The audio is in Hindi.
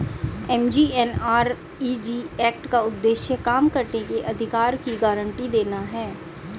एम.जी.एन.आर.इ.जी एक्ट का उद्देश्य काम करने के अधिकार की गारंटी देना है